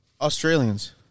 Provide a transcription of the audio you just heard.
Australians